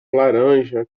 laranja